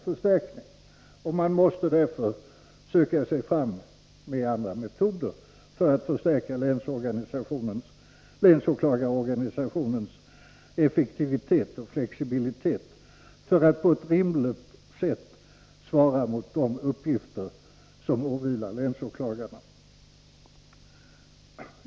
Man 111 måste alltså söka sig fram till andra metoder för att förstärka länsåklagarorganisationens effektivitet och flexibilitet, så att den på ett rimligt sätt kan svara mot de arbetsuppgifter som åvilar länsåklagarna.